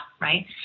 right